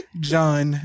John